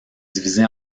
divisé